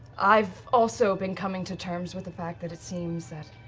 i've also been coming to terms with the fact that it seems that,